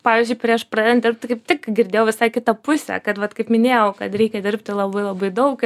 pavyzdžiui prieš pradedant dirbt kaip tik girdėjau visai kitą pusę kad vat kaip minėjau kad reikia dirbti labai labai daug